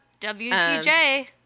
WTJ